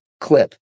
clip